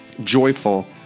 joyful